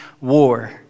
war